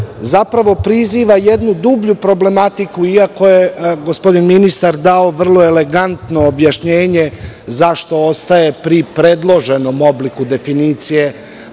zapravo priziva jednu dublju problematiku, iako je gospodin ministar dao vrlo elegantno objašnjenje, zašto ostaje pri predloženom obliku definicije,